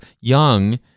young